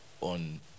on